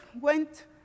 went